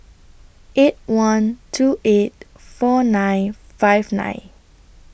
eight one two eight four nine five nine